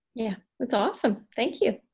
yeah, that's awesome, thank you.